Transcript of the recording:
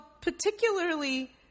particularly